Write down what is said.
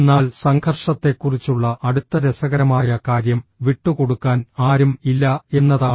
എന്നാൽ സംഘർഷത്തെക്കുറിച്ചുള്ള അടുത്ത രസകരമായ കാര്യം വിട്ടുകൊടുക്കാൻ ആരും ഇല്ല എന്നതാണ്